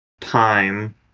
time